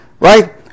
Right